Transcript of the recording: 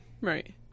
Right